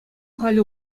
халӗ